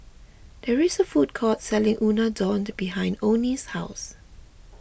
there is a food court selling Unadon behind oney's house